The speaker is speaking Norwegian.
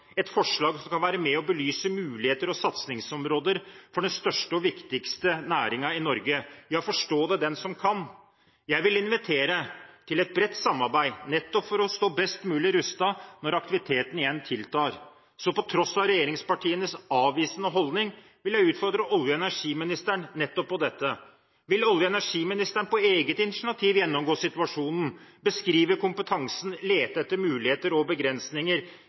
et slikt forslag, et forslag som kan være med og belyse muligheter og satsingsområder for den største og viktigste næringen i Norge. Ja, forstå det den som kan. Jeg vil invitere til et bredt samarbeid nettopp for å stå best mulig rustet når aktiviteten igjen tiltar. Så på tross av regjeringspartienes avvisende holdning vil jeg utfordre olje- og energiministeren nettopp på dette. Vil olje- og energiministeren på eget initiativ gjennomgå situasjonen, beskrive kompetansen, lete etter muligheter og begrensninger